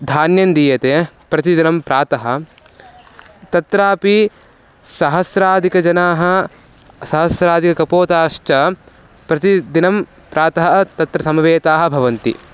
धान्यन् दीयते प्रतिदिनं प्रातः तत्रापि सहस्राधिकजनाः सहस्रादिककपोताश्च प्रतिदिनं प्रातः तत्र समवेताः भवन्ति